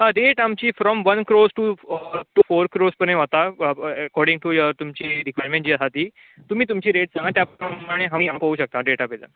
आं रेट आमची from one crores to four crores पर्यंत वता एकाॅर्डींग टू योर तुमची रिक्वार्यमेन्ट जी हा ती तुमी तुमची रेट सांगां त्या प्रमाणे आमी पोवंक शकता डेटाबेजार